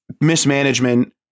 mismanagement